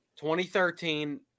2013